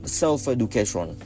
self-education